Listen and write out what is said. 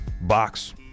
box